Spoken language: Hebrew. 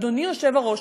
אדוני היושב-ראש,